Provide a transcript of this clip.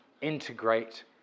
integrate